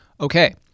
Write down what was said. okay